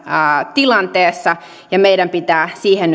tilanteessa ja meidän pitää siihen